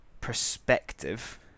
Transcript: perspective